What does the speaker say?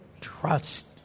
trust